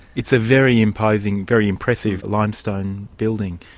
it's a very imposing, very impressive limestone building.